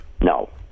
No